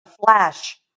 flash